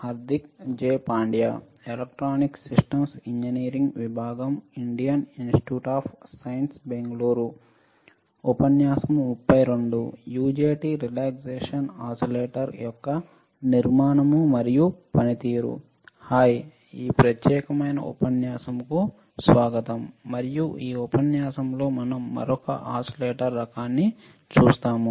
hi ఈ ప్రత్యేకమైన ఉపన్యాసం కు స్వాగతం మరియు ఈ ఉపన్యాసం లో మనం మరొక ఓసిలేటర్ రకాన్ని చూస్తాము